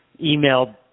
email